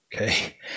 Okay